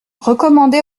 recommandait